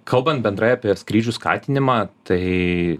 kalbant bendrai apie skrydžių skatinimą tai